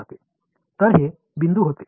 இதுதான் புள்ளியாக இருந்தது